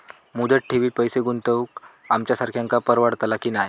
मुदत ठेवीत पैसे गुंतवक आमच्यासारख्यांका परवडतला की नाय?